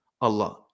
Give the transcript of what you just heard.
Allah